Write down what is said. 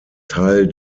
teil